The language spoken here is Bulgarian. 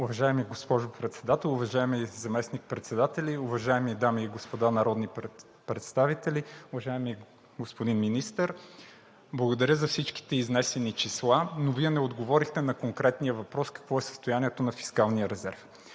Уважаема госпожо Председател, уважаеми заместник-председатели, уважаеми дами и господа народни представители! Уважаеми господин Министър, благодаря за всичките изнесени числа, но Вие не отговорихте на конкретния въпрос: какво е състоянието на фискалния резерв?